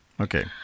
Okay